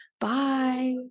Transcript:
Bye